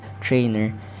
trainer